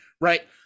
Right